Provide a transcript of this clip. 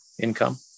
income